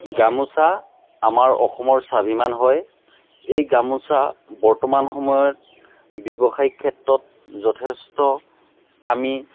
গামোচা আমাৰ অসমৰ স্বাভিমান হয় এই গামোচা বৰ্তমান সময়ত ব্যৱসায়িক ক্ষেত্ৰত যথেষ্ট আমি